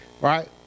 Right